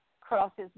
crosses